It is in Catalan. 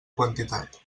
quantitat